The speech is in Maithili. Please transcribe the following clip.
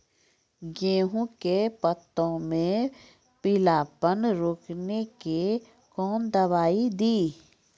गेहूँ के पत्तों मे पीलापन रोकने के कौन दवाई दी?